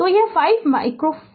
तो यह 4 माइक्रोफ़ारड बन जाएगा